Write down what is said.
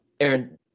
Aaron